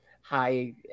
Hi